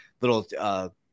little